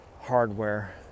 hardware